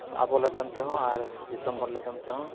ᱟᱵᱚ ᱞᱟᱹᱜᱤᱫ ᱛᱮᱦᱚᱸ ᱟᱨ ᱫᱤᱥᱚᱢ ᱦᱚᱲ ᱞᱟᱹᱜᱤᱫ ᱛᱮᱦᱚᱸ